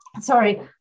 sorry